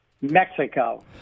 Mexico